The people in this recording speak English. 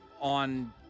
on